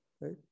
right